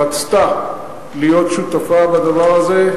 רצתה להיות שותפה בדבר הזה,